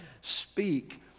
speak